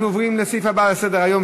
אנחנו עוברים לסעיף הבא בסדר-היום,